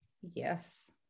Yes